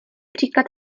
příklad